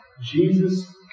Jesus